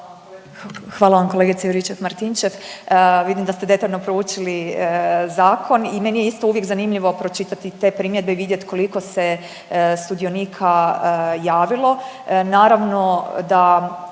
Hvala vam kolegice Juričev-Martinčev, vidim da ste detaljno proučili zakon i meni je isto uvijek zanimljivo pročitati te primjedbe i vidjet koliko se sudionika javilo.